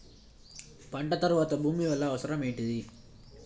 పంట తర్వాత భూమి వల్ల అవసరం ఏమిటి?